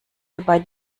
dabei